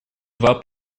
два